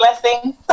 blessings